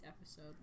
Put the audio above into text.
episode